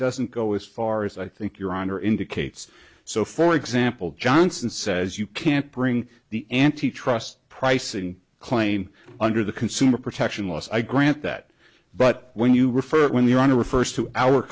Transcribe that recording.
doesn't go as far as i think your honor indicates so for example johnson says you can't bring the anti trust pricing claim under the consumer protection laws i grant that but when you refer when we want to refers to our